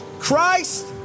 Christ